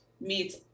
meets-